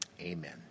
amen